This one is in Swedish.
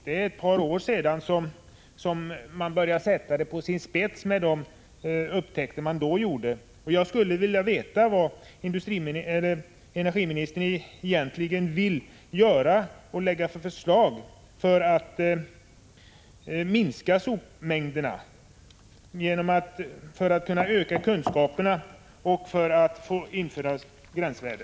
Det är ett par år sedan man började ställa saken på sin spets med de upptäckter man då gjorde.